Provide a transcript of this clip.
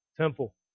temple